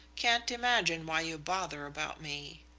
can't imagine why you bother about me.